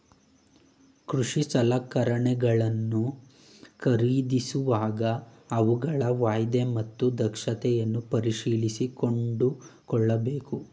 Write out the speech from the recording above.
ಕೃಷಿ ಸಲಕರಣೆಗಳನ್ನು ಖರೀದಿಸುವಾಗ ಅವುಗಳ ವಾಯ್ದೆ ಮತ್ತು ದಕ್ಷತೆಯನ್ನು ಪರಿಶೀಲಿಸಿ ಕೊಂಡುಕೊಳ್ಳಬೇಕು